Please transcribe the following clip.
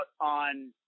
on